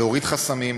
להוריד חסמים,